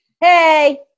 Hey